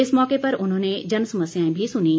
इस मौके पर उन्होंने जनसमस्याएं भी सुनीं